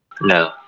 No